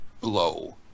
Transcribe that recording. blow